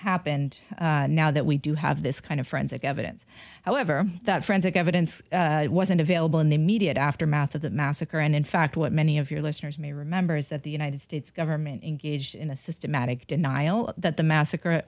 happened now that we do have this kind of forensic evidence however that forensic evidence wasn't available in the immediate aftermath of the massacre and in fact what many of your listeners may remember is that the united states government engaged in a systematic denial that the massacre